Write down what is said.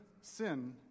sin